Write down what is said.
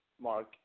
Mark